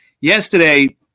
yesterday